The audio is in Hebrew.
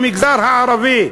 במגזר הערבי.